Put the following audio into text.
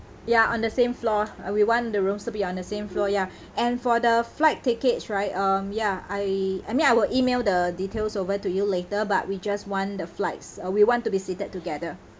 ya on the same floor uh we want the rooms to be on the same floor ya and for the flight tickets right um ya I I mean I will email the details over to you later but we just want the flights uh we want to be seated together